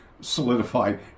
solidified